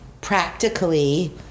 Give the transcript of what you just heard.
practically